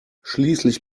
schließlich